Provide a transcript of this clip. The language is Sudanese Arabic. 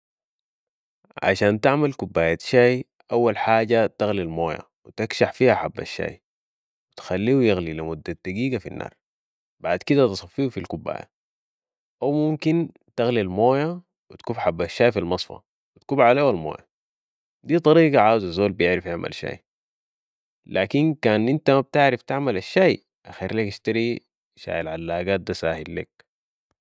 عشان تعمل كباية شاي اول حاجة تغلي الموية و تكشح فيها حب الشاي و تخليو يغلي لمدة دقيقة في النار و بعد كدة تصفيو في الكباية او ممكن تغلي الموية و تكب حب الشاي في المصفى و تكب عليو الموية دي طريقة عاوزة زول بيعرف يعمل شاي ، لكن انت كان ما بتعرف تعمل الشاي اخير ليك تشتري شاي العلاقات ده ساهل ليك